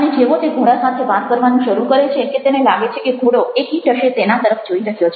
અને જેવો તે ઘોડા સાથે વાત કરવાનું શરૂ કરે છે કે તેને લાગે છે કે ઘોડો એકીટશે તેના તરફ જોઈ રહ્યો છે